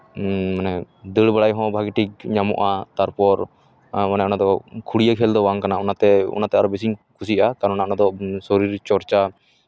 ᱦᱮᱸ ᱢᱟᱱᱮ ᱫᱟᱹᱲ ᱵᱟᱲᱟᱭ ᱦᱚᱸ ᱵᱷᱟᱹᱜᱮ ᱴᱷᱤᱠ ᱧᱟᱢᱚᱜᱼᱟ ᱛᱟᱨᱯᱚᱨ ᱢᱟᱱᱮ ᱚᱱᱟ ᱫᱚ ᱠᱷᱩᱲᱭᱟᱹ ᱠᱷᱮᱞ ᱫᱚ ᱵᱟᱝ ᱠᱟᱱᱟ ᱚᱱᱟᱛᱮ ᱚᱱᱟᱛᱮ ᱟᱨᱚᱧ ᱵᱮᱥᱤᱧ ᱠᱩᱥᱤᱭᱟᱜᱼᱟ ᱛᱟᱨ ᱢᱟᱱᱮ ᱚᱱᱟ ᱫᱚ ᱥᱚᱨᱤᱨ ᱪᱚᱨᱪᱟ